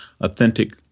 authentic